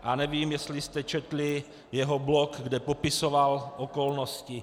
A nevím, jestli jste četli jeho blog, kde popisoval okolnosti.